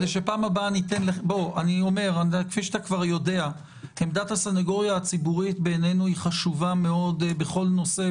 כפי שאתה כבר יודע עמדת הסנגוריה הציבורית בעינינו חשובה מאוד בכל נושא,